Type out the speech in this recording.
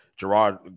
Gerard